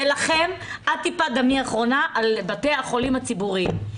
אלחם עד טיפת דמי האחרונה על בתי החולים הציבוריים,